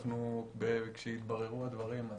כשיתבררו הדברים.